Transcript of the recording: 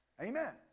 Amen